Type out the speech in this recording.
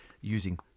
using